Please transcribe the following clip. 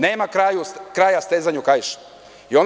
Nema kraja stezanju kaiša.